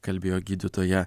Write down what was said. kalbėjo gydytoja